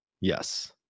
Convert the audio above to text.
Yes